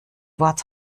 wort